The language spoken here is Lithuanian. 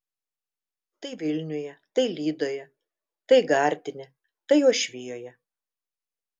tai vilniuje tai lydoje tai gardine tai uošvijoje